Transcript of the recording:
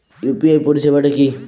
UPI পরিসেবাটা কি?